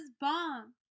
bomb